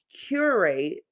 curate